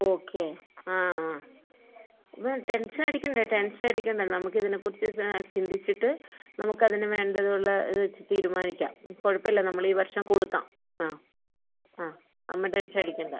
okay ആ ആ ടെൻഷനടിക്കണ്ട ടെൻഷനടിക്കണ്ട നമുക്ക് ഇതിനെ കുറിച്ച് ചിന്തിച്ചിട്ട് നമുക്ക് ഇതിന് വേണ്ടതുള്ള ഇത് വെച്ച് തീരുമാനിക്കാം കുഴപ്പമില്ല നമ്മൾ ഈ വർഷം കൊടുക്കാം ആ ആ അമ്മ ടെൻഷടിക്കണ്ട